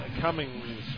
Cummings